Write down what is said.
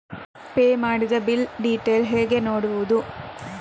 Pay ಮಾಡಿದ bill detail ಹೇಗೆ ನೋಡುವುದು?